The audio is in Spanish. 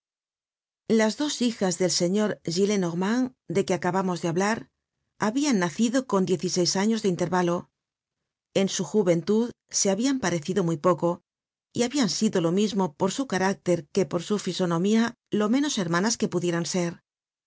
las dos hijas del señor gillenormand de que acabamos de hablar habian nacido con diez y seis años de intervalo en su juventud se habian parecido muy poco y habian sido lo mismo por su carácter que por su fisonomía lo menos hermanas que pudieran ser